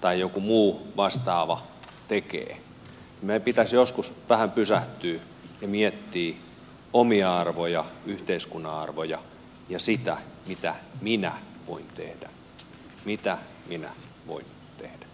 tai joku muu vastaava tekee meidän pitäisi joskus vähän pysähtyä ja miettiä omia arvoja yhteiskunnan arvoja ja sitä mitä minä voin tehdä mitä minä voin tehdä